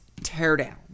teardown